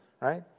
right